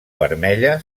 vermella